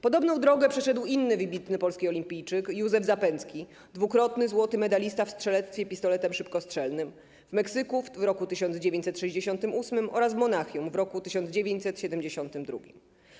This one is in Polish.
Podobną drogę przeszedł inny wybitny polski olimpijczyk Józef Zapędzki, dwukrotny złoty medalista w strzelectwie pistoletem szybkostrzelnym - w Meksyku w roku 1968 oraz w Monachium w roku 1972.